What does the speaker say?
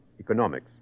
economics